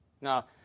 Now